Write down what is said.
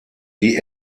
die